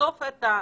לחשוף את האמת,